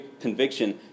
conviction